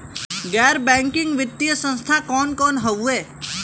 गैर बैकिंग वित्तीय संस्थान कौन कौन हउवे?